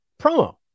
promo